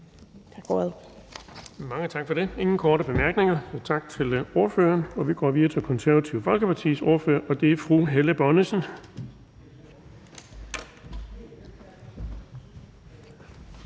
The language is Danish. Bonnesen): Mange tak for det. Der er ingen korte bemærkninger, så tak til ordføreren. Vi går videre til Det Konservative Folkepartis ordfører, og det er fru Helle Bonnesen.